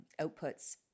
outputs